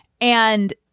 And-